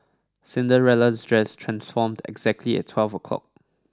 Cinderella's dress transformed exactly at twelve o'clock